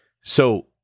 So-